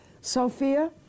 Sophia